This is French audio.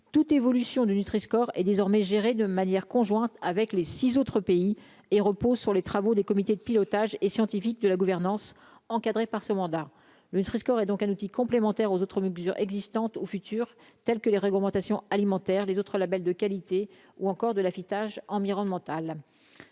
toute évolution du Nutri Score est désormais gérée de manière conjointe avec les six autres pays et repose sur les travaux des comités de pilotage et scientifique de la gouvernance encadrés par ce mandat, le Nutriscore et donc un outil complémentaire aux autres mesures existantes ou futures, tels que les réglementations alimentaires, les autres labels de qualité ou encore de la filetage environnementale